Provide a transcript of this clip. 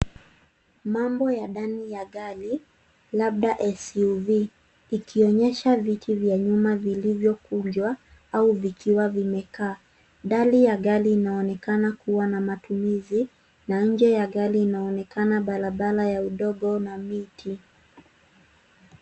Mambo ya ndani ya gari, labda SUV , ikionyesha viti vya nyuma vilivyokunjwa, au vikiwa vimekaa. Dari ya gari inaonekana kuwa na matumizi, na nje ya gari inaonekana barabara ya udongo, na miti.